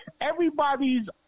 everybody's